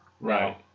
Right